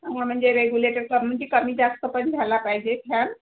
म्हणजे रेग्युलेट क म्हणजे कमी जास्त पण झाला पाहिजे फ्यान